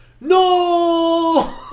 no